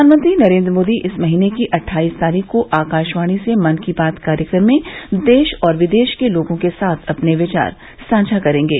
प्रधानमंत्री नरेन्द्र मोदी इस महीने की अटठाईस तारीख को आकाशवाणी से मन की बात कार्यक्रम में देश और विदेश के लोगों के साथ अपने विचार साझा करेंगे